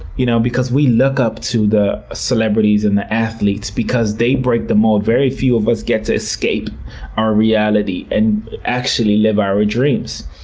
you know, because we look up to the celebrities and the athletes because they break the mold. very few of us get to escape our reality and actually live our dreams.